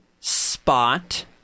spot